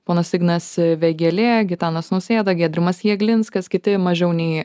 ponas ignas vėgėlė gitanas nausėda giedrimas jeglinskas kiti mažiau nei